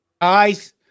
guys